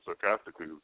sarcastically